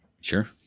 sure